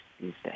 Tuesday